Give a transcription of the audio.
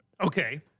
Okay